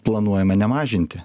planuojame nemažinti